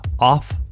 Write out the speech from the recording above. off